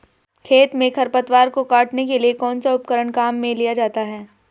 खेत में खरपतवार को काटने के लिए कौनसा उपकरण काम में लिया जाता है?